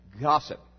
gossip